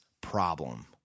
problem